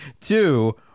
two